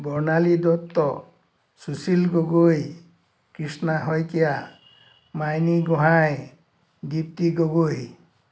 Barnali Dutta Sushil Gogoi Krishna Saikia Maini Gohain Dipti Gogoi